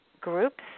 groups